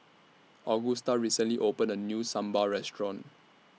Augusta recently opened A New Sambar Restaurant